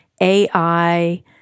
AI